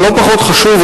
אבל לא פחות חשוב,